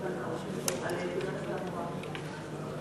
47)